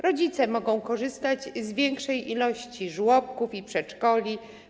Rodzice mogą korzystać z większej liczby żłobków i przedszkoli.